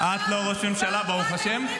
את לא ראש ממשלה, ברוך השם.